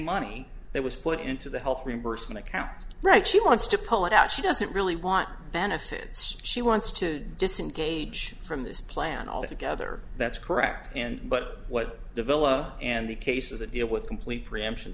money that was put into the health reimbursement account right she wants to pull it out she doesn't really want benefits she wants to disengage from this plan altogether that's correct and but what develops and the cases that deal with complete preemption